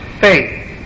faith